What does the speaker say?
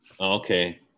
Okay